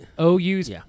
OU's